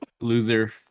loser